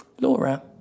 Laura